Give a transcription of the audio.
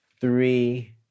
three